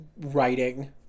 writing